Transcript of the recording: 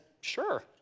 sure